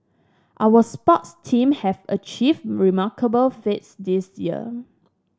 our sports team have achieved remarkable feats this year